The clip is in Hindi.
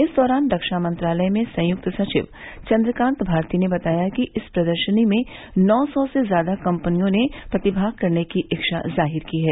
इस दौरान रक्षा मंत्रालय में संयुक्त सचिव चंद्र कांत भारती ने बताया कि इस प्रदर्शनी में नौ सौ से ज्यादा कम्पनियों ने प्रतिभाग करने की इच्छा जाहिर की है